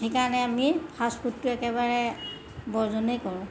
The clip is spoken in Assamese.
সেইকাৰণে আমি ফাষ্টফুডটো একেবাৰে বৰ্জনেই কৰোঁ